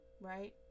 right